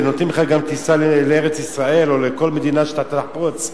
ונותנים לך גם טיסה לארץ-ישראל או לכל מדינה שאתה תחפוץ.